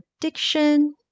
addiction